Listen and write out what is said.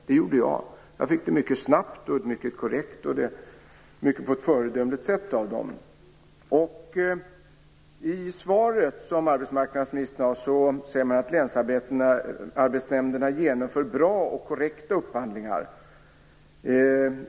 Det gjorde jag, och jag fick dem mycket snabbt och korrekt och på ett föredömligt sätt. I arbetsmarknadsministerns svar sägs det att länsarbetsnämnderna genomför bra och korrekta upphandlingar.